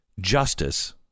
justice